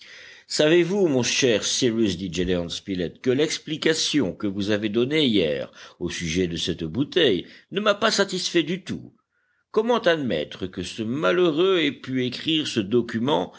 savez-vous mon cher cyrus dit gédéon spilett que l'explication que vous avez donnée hier au sujet de cette bouteille ne m'a pas satisfait du tout comment admettre que ce malheureux ait pu écrire ce document